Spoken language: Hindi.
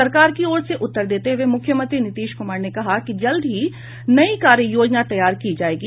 सरकार की ओर से उत्तर देते हुए मुख्यमंत्री नीतीश कुमार ने कहा कि जल्द ही नई कार्य योजना तैयार की जायेगी